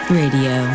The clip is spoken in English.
radio